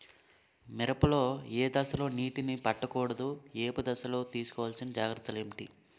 మిరప లో ఏ దశలో నీటినీ పట్టకూడదు? ఏపు దశలో తీసుకోవాల్సిన జాగ్రత్తలు ఏంటి?